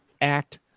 act